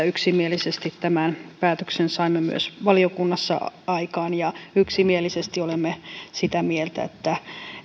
yksimielisesti tämän päätöksen saimme myös valiokunnassa aikaan ja yksimielisesti olemme sitä mieltä että